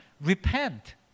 repent